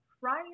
prior